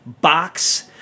box